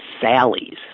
Sally's